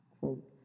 quote